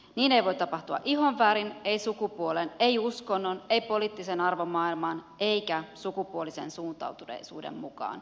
niin ei voi tapahtua ihonvärin ei sukupuolen ei uskonnon ei poliittisen arvomaailman eikä sukupuolisen suuntautuneisuuden mukaan